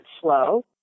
slow